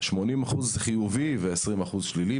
80% חיובי ו-20% שלילי.